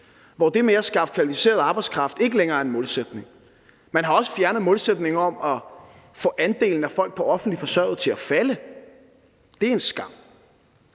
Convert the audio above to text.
hvor det med at skaffe kvalificeret arbejdskraft ikke længere er en målsætning. Man har også fjernet målsætningen om at få andelen af folk på offentlig forsørgelse til at falde. Det er en skam.